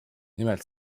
nimelt